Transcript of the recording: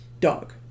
dog